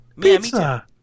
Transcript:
Pizza